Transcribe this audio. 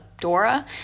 Dora